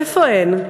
איפה הן?